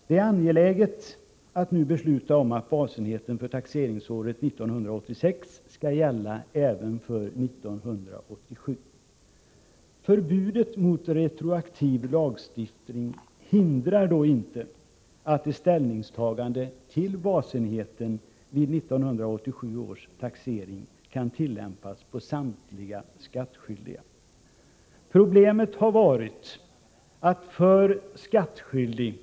Det är angeläget att nu fatta beslut om att basenheten för taxeringsåret 1986 skall gälla även för 1987. Förbudet mot retroaktiv lagstiftning hindrar inte att ett ställningstagande beträffande basenheten vid 1987 års taxering kan tillämpas på samtliga skattskyldiga. Problemet har uppstått i fråga om vissa skattskyldiga.